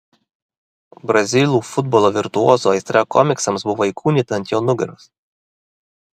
brazilų futbolo virtuozo aistra komiksams buvo įkūnyta ant jo nugaros